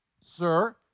sir